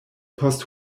post